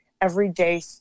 everyday